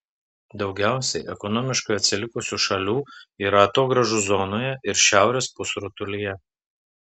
daugiausiai ekonomiškai atsilikusių šalių yra atogrąžų zonoje ir šiaurės pusrutulyje